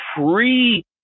free